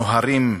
"נוהרים"